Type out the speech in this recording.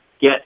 get